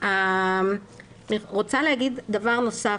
אני רוצה להגיד דבר נוסף.